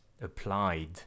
applied